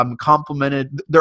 complemented